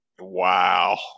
wow